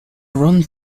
round